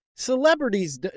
Celebrities